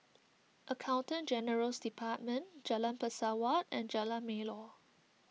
Accountant General's Department Jalan Pesawat and Jalan Melor